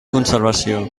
conservació